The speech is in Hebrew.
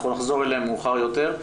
אנחנו נחזור אליהם מאוחר יותר.